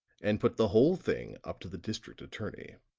and put the whole thing up to the district attorney.